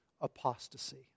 apostasy